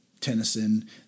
Tennyson